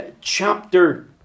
chapter